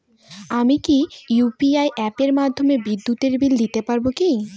আমি কি ইউ.পি.আই অ্যাপের মাধ্যমে বিদ্যুৎ বিল দিতে পারবো কি?